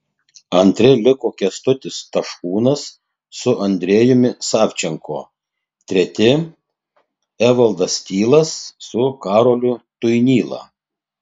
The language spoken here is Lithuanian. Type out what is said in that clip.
antri liko kęstutis taškūnas su andrejumi savčenko treti evaldas tylas su karoliu tuinyla